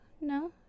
No